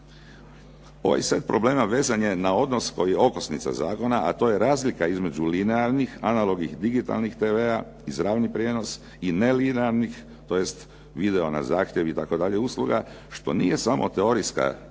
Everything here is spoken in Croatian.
Ovaj set problema vezan je na odnos koji je okosnica zakona, a to je razlika između linearnih, analognih digitalnih tv-a, izravni prijenos i nelinearnih, tj. video na zahtjev itd. usluga, što nije samo teorijski problem,